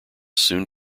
soon